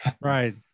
Right